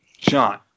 sean